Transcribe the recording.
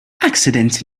accidents